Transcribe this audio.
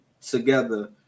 together